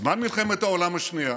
בזמן מלחמת העולם השנייה,